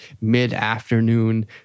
mid-afternoon